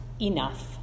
enough